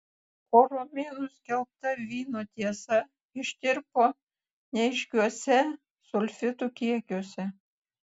o romėnų skelbta vyno tiesa ištirpo neaiškiuose sulfitų kiekiuose